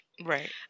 Right